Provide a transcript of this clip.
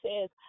says